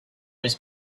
was